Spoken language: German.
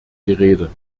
gerede